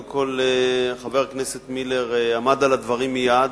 חבר הכנסת מילר עמד על הדברים מייד,